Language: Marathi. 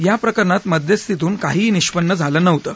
या प्रकरणात मध्यस्थीतून काहीही निष्पन्न झालं नव्हतं